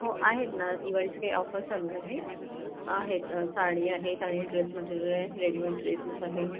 हो आहेत ना दिवाळीच्या काही ऑफर चालू आहेत आहेत साडी आहेत आणि ड्रेस मटेरियल आहे रेडिमेड ड्रेसेस आहे